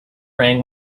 rang